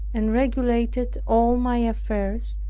and regulated all my affairs,